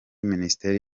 minisiteri